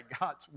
God's